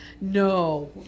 No